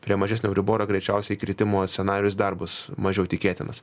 prie mažesnio euriboro greičiausiai kritimo scenarijus dar bus mažiau tikėtinas